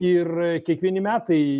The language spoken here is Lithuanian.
ir kiekvieni metai